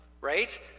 right